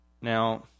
Now